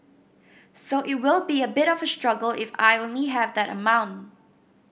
so it will be a bit of a struggle if I only have that amount